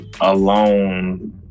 alone